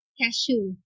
cashew